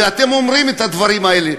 ואתם אומרים את הדברים האלה,